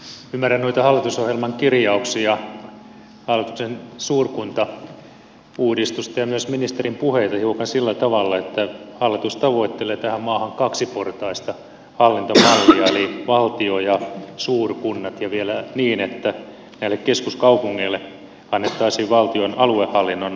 ymmärrän noita hallitusohjelman kirjauksia hallituksen suurkuntauudistusta ja myös ministerin puheita hiukan sillä tavalla että hallitus tavoittelee tähän maahan kaksiportaista hallintomallia eli valtio ja suurkunnat ja vielä niin että näille keskuskaupungeille annettaisiin valtion aluehallinnon tehtäviä